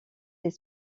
des